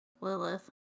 Lilith